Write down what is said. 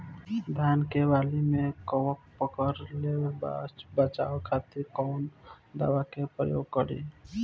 धान के वाली में कवक पकड़ लेले बा बचाव खातिर कोवन दावा के प्रयोग करी?